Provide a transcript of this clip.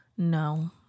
No